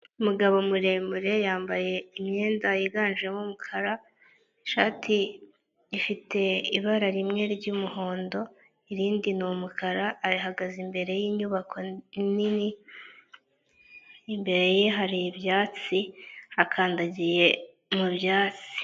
Umugabo muremure yambaye imyenda yiganjemo umukara ishati ifite ibara rimwe ry'umuhondo, irindi ni umukara arahagaze imbere yinyubako nini, imbere ye hari ibyatsi akandagiye mubyatsi.